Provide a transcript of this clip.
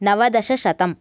नवदशशतम्